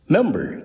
Member